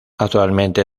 actualmente